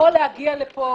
יכול להגיע לפה